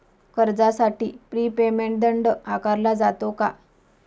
कर्जासाठी prepayment दंड आकारला जातो का?